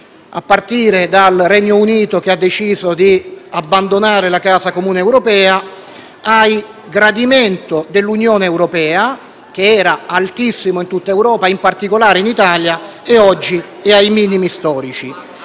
a partire dal Regno Unito che ha deciso di abbandonare la casa comune europea e lo testimonia il gradimento dell'Unione europea, che era altissimo in tutta Europa e, in particolare, in Italia e oggi è ai minimi storici.